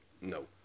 No